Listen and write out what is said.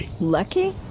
Lucky